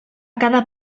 cada